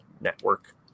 network